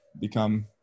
become